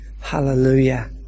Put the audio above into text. Hallelujah